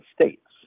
states